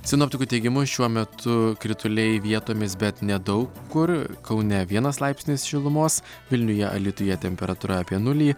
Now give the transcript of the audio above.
sinoptikų teigimu šiuo metu krituliai vietomis bet nedaug kur kaune vienas laipsnis šilumos vilniuje alytuje temperatūra apie nulį